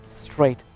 straight